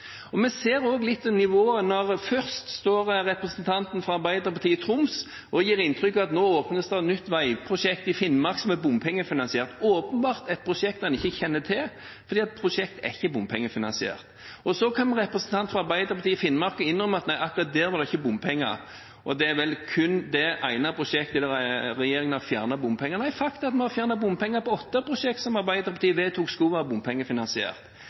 til. Vi ser også litt nivået når først representanten fra Arbeiderpartiet i Troms gir inntrykk av at det nå åpnes et nytt veiprosjekt i Finnmark som er bompengefinansiert – åpenbart et prosjekt han ikke kjenner til, fordi prosjektet ikke er bompengefinansiert – og så kommer representanten fra Arbeiderpartiet i Finnmark og innrømmer at der er det ikke bompenger, og det er vel kun det ene prosjektet der regjeringen har fjernet bompenger. Nei, faktum er at vi har fjernet bompenger på åtte prosjekt som Arbeiderpartiet vedtok